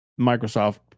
Microsoft